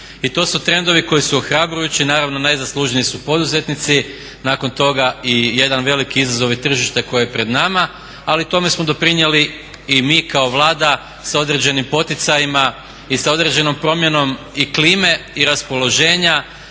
I to su trendovi koji su ohrabrujući, naravno najzaslužniji su poduzetnici. Nakon toga i jedan veliki izazov je tržište koje je pred nama. Ali tome smo doprinijeli i mi kao Vlada sa određenim poticajima i sa određenom promjenom i klime i raspoloženja